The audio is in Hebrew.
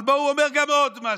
אבל בו הוא אומר גם עוד משהו,